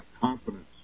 confidence